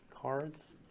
cards